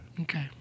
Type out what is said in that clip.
Okay